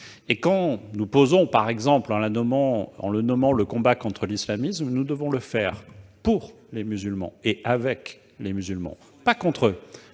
Quand nous engageons, en le nommant, le combat contre l'islamisme, nous devons le faire pour les musulmans, avec les musulmans, et pas contre eux.